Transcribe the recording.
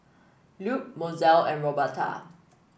Lupe Mozell and Roberta